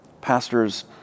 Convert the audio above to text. pastors